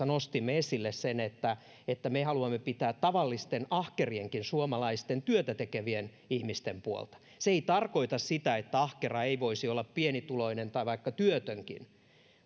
nostimme esille sen että että me haluamme pitää tavallisten ahkerien suomalaisten työtätekevien ihmisten puolta se ei tarkoita sitä että ahkera ei voisi olla pienituloinen tai vaikka työtönkin